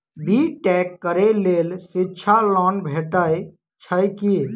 B Tech करै लेल शिक्षा लोन भेटय छै की?